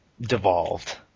devolved